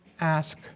ask